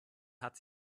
hat